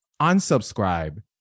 unsubscribe